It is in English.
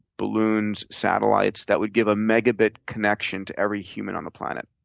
balloons, satellites that would give a megabit connection to every human on the planet.